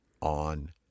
on